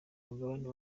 mugabane